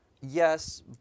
Yes